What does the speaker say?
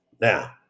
Now